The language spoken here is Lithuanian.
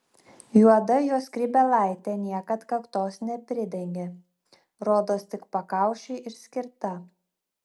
juoda jo skrybėlaitė niekad kaktos nepridengia rodos tik pakaušiui ir skirta